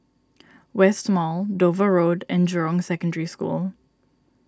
West Mall Dover Road and Jurong Secondary School